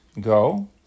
go